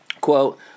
quote